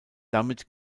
damit